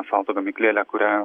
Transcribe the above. asfalto gamyklėlę kurią